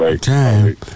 time